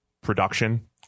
production